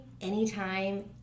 anytime